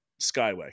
Skyway